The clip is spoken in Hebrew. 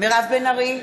מירב בן ארי,